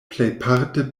plejparte